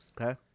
Okay